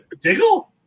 Diggle